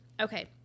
Okay